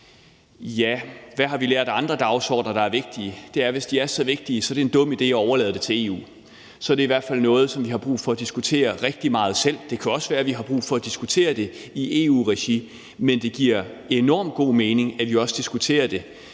Hvad har vi lært af andre dagsordener, der er vigtige? Det er, at hvis de er så vigtige, er det en dum idé at overlade det til EU. Så er det i hvert fald noget, som vi har brug for at diskutere rigtig meget selv; det kan også være, at vi har brug for at diskutere det i EU-regi, men det giver enormt god mening, at vi også diskuterer det